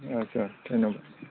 आदसा धय्नबाद